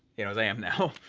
you know, as i am now,